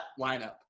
lineup